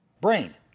brain